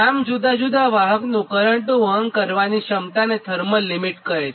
આમ જુદા જુદા વાહકની કરંટનું વહન કરવાની ક્ષમતાને થર્મલ લિમીટ કહે છે